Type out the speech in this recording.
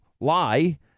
Lie